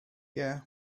yeah